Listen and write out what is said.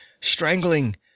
strangling